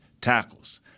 tackles